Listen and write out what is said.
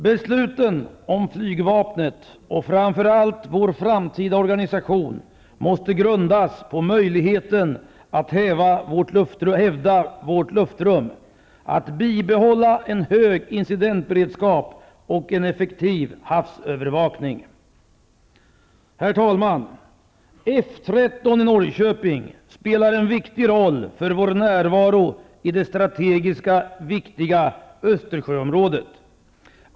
Besluten om flygvapnet och framför allt vår framtida organisation måste grundas på möjligheten att hävda vårt luftrum, att bibehålla en hög incidentberedskap och en effektiv havsövervakning. F 13 i Norrköping spelar en viktig roll för vår närvaro i det strategiskt viktiga Östersjöområdet.